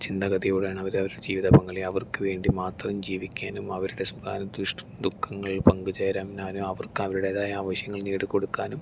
ചിന്താഗതിയോടെയാണ് അവർ അവരുടെ ജീവിത പങ്കാളിയെ അവർക്ക് വേണ്ടി മാത്രം ജീവിക്കാനും അവരുടെ സുഖാനു ദുഖങ്ങൾ പങ്ക് ചേരാനും അവർക്ക് അവരുടേതായ ആവശ്യങ്ങൾ നേടിക്കൊടുക്കാനും